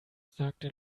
sagte